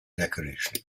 decoration